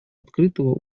открытого